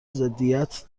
ضدیت